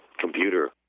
computer